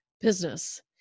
business